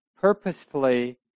purposefully